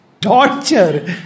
torture